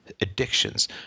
addictions